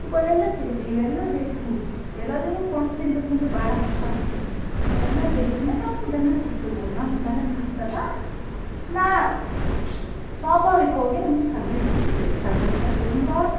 ಇವುಗಳೆಲ್ಲ ಸಿಗುತ್ತೆ ಇವೆಲ್ಲ ಬೇಕು ಎಲ್ಲದನ್ನು ಕೊಂಡು ತಿನ್ಬೇಕಂದ್ರೆ ಭಾಳ ಕಷ್ಟ ಆಗುತ್ತೆ ಅವೆಲ್ಲ ಬೇಕಂದ್ರೆ ನಾವು ದನ ಸಾಕಬೇಕು ನಾವು ದನ ಸಾಕಿದಾಗ ನಾ ಸ್ವಾಭಾವಿಕ್ವಾಗಿ ನಮಗೆ ಸಗಣಿ ಸಿಗುತ್ತೆ ಸಗ್ಣಿ ತುಂಬ